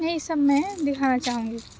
یہی سب میں دکھانا چاہوں گی